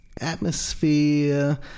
atmosphere